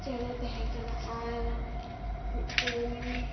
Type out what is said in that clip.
ᱪᱮᱬᱮᱭ ᱛᱮᱦᱮᱸ ᱠᱟᱱᱟ ᱟᱨ ᱢᱤᱫᱴᱮᱱ